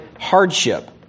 hardship